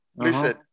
Listen